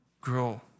grow